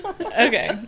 okay